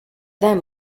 them